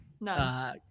No